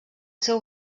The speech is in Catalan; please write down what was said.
seu